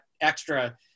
extra